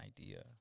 idea